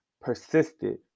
persisted